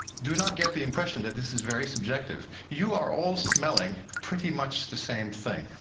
do not get the impression that this is very subjective. you are all smelling pretty much the same thing,